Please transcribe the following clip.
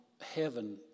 heaven